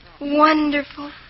Wonderful